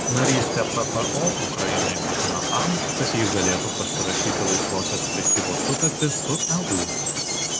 narystė ppo ukrainai būtina tam kad ji galėtų pasirašyti laisvosios prekybos sutartį su eu